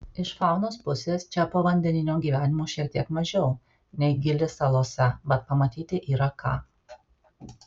iš faunos pusės čia povandeninio gyvenimo šiek tiek mažiau nei gili salose bet pamatyti yra ką